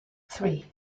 three